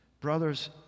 brothers